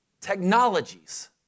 technologies